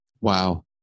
Wow